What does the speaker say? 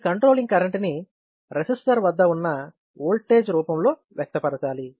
ఈ controlling current ని resistor వద్ద ఉన్న ఓల్టేజ్ రూపంలో వ్యక్తపరచాలి